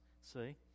see